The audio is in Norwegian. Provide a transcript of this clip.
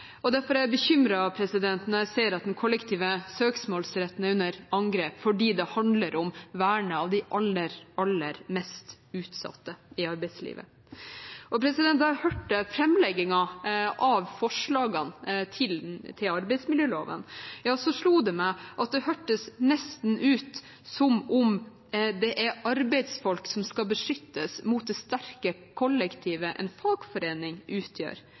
og derfor er jeg bekymret når jeg ser at den kollektive søksmålsretten er under angrep, fordi det handler om vernet av de aller mest utsatte i arbeidslivet. Da jeg hørte framleggingen av forslagene til arbeidsmiljøloven, slo det meg at det hørtes nesten ut som om det er arbeidsfolk som skal beskyttes mot det sterke kollektivet som en fagforening utgjør,